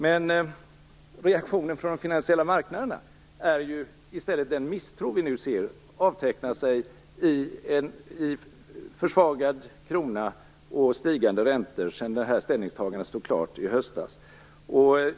Men reaktionen från de finansiella marknaderna är i stället den misstro vi nu ser komma till uttryck i en försvagad krona och stigande räntor sedan ställningstagandet stod klart i höstas.